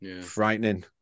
Frightening